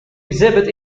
exhibit